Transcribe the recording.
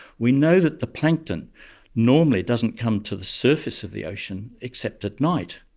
we know that the plankton normally doesn't come to the surface of the ocean except at night.